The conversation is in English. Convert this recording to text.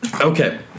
Okay